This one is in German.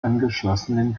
angeschlossenen